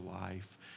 life